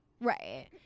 Right